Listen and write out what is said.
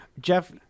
Jeff